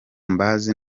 mbazi